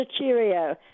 Cheerio